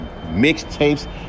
mixtapes